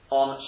on